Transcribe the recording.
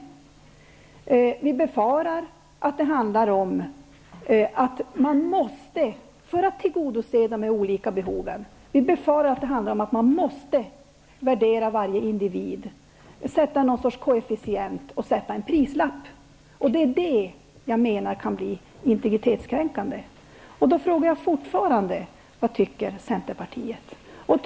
Vi socialdemokrater befarar att det handlar om att man, för att tillgodose de olika behoven, måste värdera varje individ och sätta något slags koefficient och en prislapp på varje elev. Jag menar att detta kan bli integritetskränkande. Jag undrar därför fortfarande vad centern tycker.